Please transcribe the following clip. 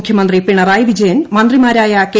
മുഖ്യമന്ത്രി പിണറായി വിജയൻ മന്ത്രിമാരായ കെ